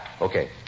Okay